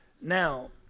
Now